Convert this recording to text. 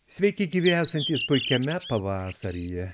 sveiki gyvi esantys puikiame pavasaryje